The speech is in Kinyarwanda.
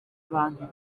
abantu